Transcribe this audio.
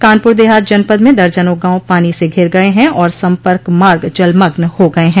कानपुर देहात जनपद में दर्जनों गांव पानी से धिर गये हैं और सम्पर्क मार्ग जलमग्न हो गये हैं